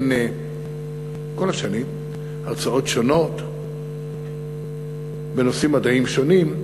כל השנים אני נותן הרצאות שונות בנושאים מדעיים שונים,